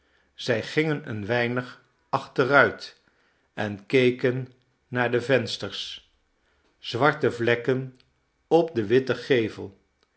zij gingen een weinig achteruit en keken naar de vensters zwarte vlekken op den witten gevel